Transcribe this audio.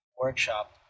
workshop